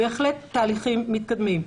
בהחלט תהליכים מתקדמים.